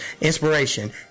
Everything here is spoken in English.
inspiration